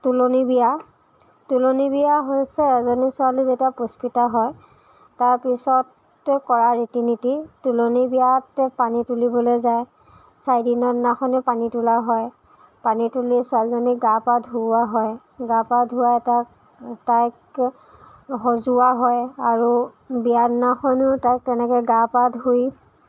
তুলনী বিয়া তুলনী বিয়া হৈছে এজনী ছোৱালী যেতিয়া পুষ্পিতা হয় তাৰপিছত কৰা ৰীতি নীতি তুলনী বিয়াত পানী তুলিবলৈ যায় চাৰিদিনৰ দিনাখনো পানী তোলা হয় পানী তুলি ছোৱালীজনীক গা পা ধুওৱা হয় গা পা ধুৱাই তাক তাইক সজোৱা হয় আৰু বিয়াৰ দিনাখনো তাইক তেনেকে গা পা ধুই